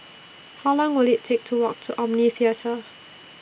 How Long Will IT Take to Walk to Omni Theatre